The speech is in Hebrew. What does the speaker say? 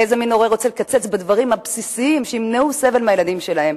איזה הורה רוצה לקצץ בדברים הבסיסיים שימנעו סבל מהילדים שלו?